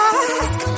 ask